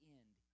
end